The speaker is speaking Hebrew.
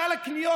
סל הקניות,